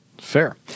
Fair